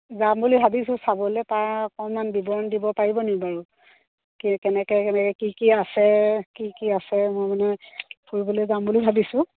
যাম বুলি ভাবিছোঁ চাবলৈ তাৰ অকণমান বিৱৰণ দিব পাৰিবনি বাৰু কি কেনেকৈ কেনেকৈ কি কি আছে কি কি আছে মই মানে ফুৰিবলৈ যাম বুলি ভাবিছোঁ